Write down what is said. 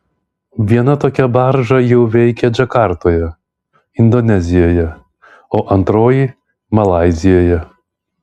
viena tokia barža jau veikia džakartoje indonezijoje o antroji malaizijoje